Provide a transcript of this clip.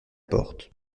porte